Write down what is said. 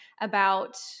about-